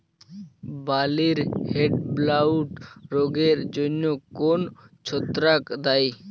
বার্লির হেডব্লাইট রোগের জন্য কোন ছত্রাক দায়ী?